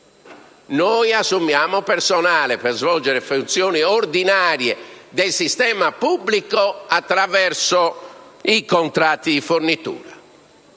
assumiamo personale per svolgere funzioni ordinarie del sistema pubblico attraverso i contratti di fornitura.